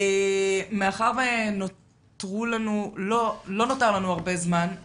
מאחר שלא נותר לנו הרבה זמן,